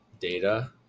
data